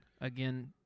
Again